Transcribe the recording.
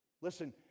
Listen